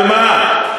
על מה?